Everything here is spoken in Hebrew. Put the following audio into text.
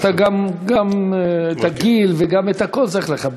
גם את הגיל וגם את הכול צריך לכבד.